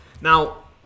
Now